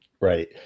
right